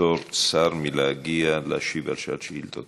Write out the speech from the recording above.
לפטור שר מלהגיע להשיב על שעת שאילתות.